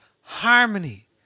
harmony